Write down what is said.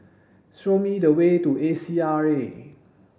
show me the way to A C R A